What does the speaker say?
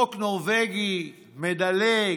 חוק נורבגי מדלג,